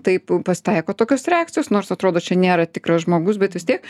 taip pasitaiko tokios reakcijos nors atrodo čia nėra tikras žmogus bet vis tiek